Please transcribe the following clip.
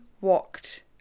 walked